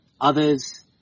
others